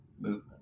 movement